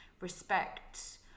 respect